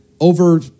over